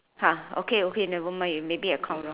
ha okay okay never mind you maybe I count wrong